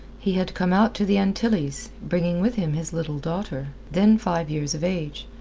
he had come out to the antilles, bringing with him his little daughter, then five years of age,